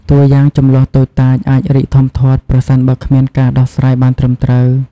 តួយ៉ាង ជម្លោះតូចតាចអាចរីកធំធាត់ ប្រសិនបើគ្មានការដោះស្រាយបានត្រឹមត្រូវ។